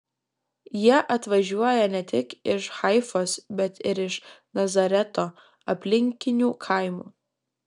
jie atvažiuoja ne tik iš haifos bet ir iš nazareto aplinkinių kaimų